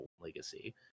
legacy